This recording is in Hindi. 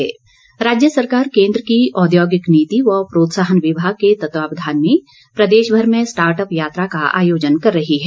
स्टार्टअप योजना राज्य सरकार केन्द्र की औद्योगिक नीति व प्रोत्साहन विभाग के तत्वावधान में प्रदेशमर में स्टार्ट अप यात्रा का आयोजन कर रही है